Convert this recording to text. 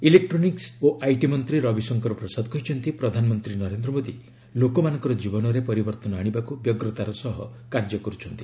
electronics ଓ IT ମନ୍ତ୍ରୀ ରବିଶଙ୍କର ପ୍ରସାଦ କହିଚ୍ଚନ୍ତି ପ୍ରଧାନମନ୍ତ୍ରୀ ନରେନ୍ଦ୍ର ମୋଦୀ ଲୋକମାନଙ୍କର ଜୀବନରେ ପରିବର୍ତ୍ତନ ଆଣିବାକୁ ବ୍ୟଗ୍ରତାର ସହ କାର୍ଯ୍ୟ କରୁଛନ୍ତି